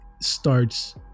starts